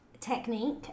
technique